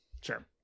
Sure